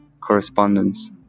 correspondence